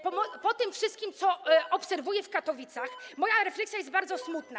Po tym wszystkim, co obserwuję w Katowicach, moja refleksja jest bardzo smutna.